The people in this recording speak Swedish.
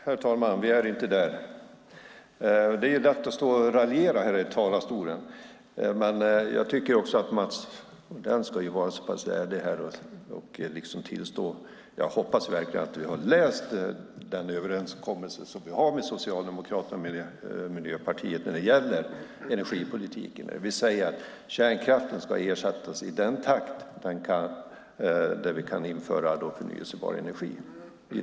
Herr talman! Vi är inte där. Det är lätt att stå här i talarstolen och raljera, men jag tycker att också Mats Odell ska vara ärlig. Jag hoppas verkligen att du har läst den överenskommelse vi har med Socialdemokraterna och Miljöpartiet när det gäller energipolitiken, Mats Odell. Vi säger att kärnkraften ska ersättas i den takt vi kan införa förnybar energi.